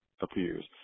appears